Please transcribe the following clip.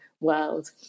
world